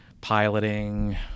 piloting